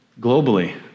globally